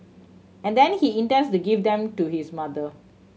and then he intends to give them to his mother